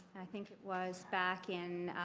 i think it was back in